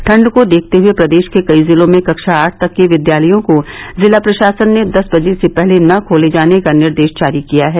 ठण्ड को देखते हुए प्रदेश के कई जिलों में कक्षा आठ तक के विद्यालयों को जिला प्रशासन ने दस बजे से पहले न खोले जाने का निर्देश जारी किया है